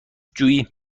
جویی